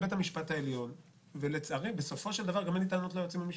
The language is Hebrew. בסופו של דבר גם אין לי טענות ליועצים המשפטיים.